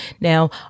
Now